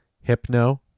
Hypno